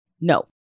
No